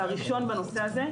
והראשון בנושא הזה.